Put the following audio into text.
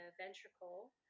ventricle